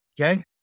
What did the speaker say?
okay